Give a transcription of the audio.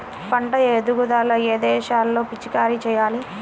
పంట ఎదుగుదల ఏ దశలో పిచికారీ చేయాలి?